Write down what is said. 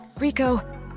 Rico